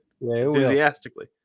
enthusiastically